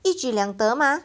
一举两得 mah